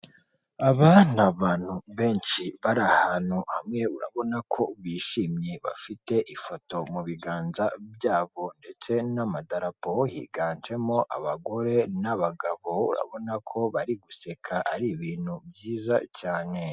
Aba ni abantu benshi bari ahantu hamwe urabona ko bishimye bafite ifoto mu biganza byabo ndetse n'amadarapo, higanjemo abagore n'abagabo urabona ko bari guseka ari ibintu byiza cyane.